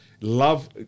Love